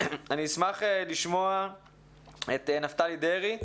אשמח לשמוע את נפתלי דרעי,